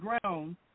ground